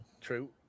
true